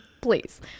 Please